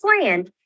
plan